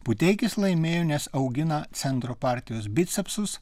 puteikis laimėjo nes augina centro partijos bicepsus